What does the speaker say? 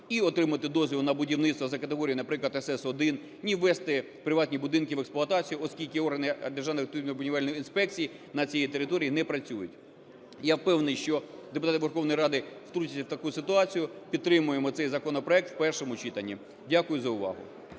і отримати дозвіл на будівництво за категорією, наприклад, СС-1, ні ввести приватні будинки в експлуатацію, оскільки органи державної відповідної будівельної інспекції на цій території не працюють. Я впевнений, що депутати Верховної Ради втрутяться в таку ситуацію, підтримаємо цей законопроект в першому читанні. Дякую за увагу.